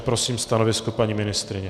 Prosím stanovisko paní ministryně.